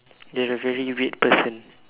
you're a very weird person